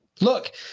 Look